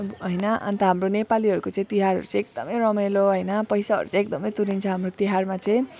अब होइन अन्त हाम्रो नेपालीहरूको चाहिँ तिहारहरू चाहिँ एकदम रमाइलो होइन पैसाहरू चाहिँ एकदम तुरिन्छ हाम्रो तिहारमा चाहिँ